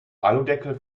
aludeckel